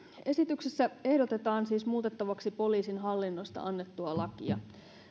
esityksessä ehdotetaan siis muutettavaksi poliisin hallinnosta annettua lakia